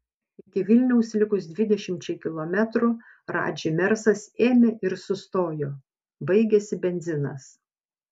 iki vilniaus likus dvidešimčiai kilometrų radži mersas ėmė ir sustojo baigėsi benzinas